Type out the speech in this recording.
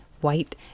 White